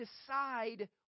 decide